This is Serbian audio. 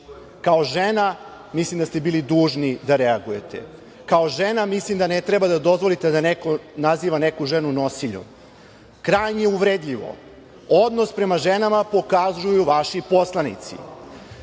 Kao žena, mislim da ste bili dužni da reagujete. Kao žena, mislim da ne treba da dozvolite da neko naziva neku ženu nosiljom. Krajnje uvredljiv odnos prema ženama pokazuju vaši poslanici.